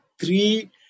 three